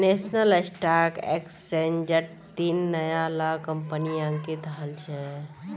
national Stock एक्सचेंजट तीन नया ला कंपनि अंकित हल छ